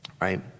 right